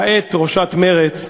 כעת, ראשת מרצ,